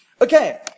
Okay